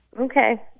Okay